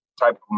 type